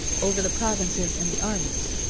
over the provinces and the armies.